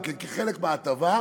כחלק מההטבה,